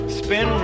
spin